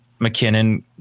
McKinnon